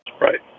right